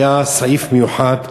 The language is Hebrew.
היה סעיף מיוחד,